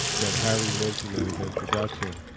that harry mentioned in his introduction.